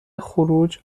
خروج